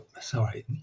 sorry